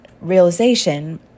realization